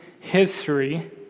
history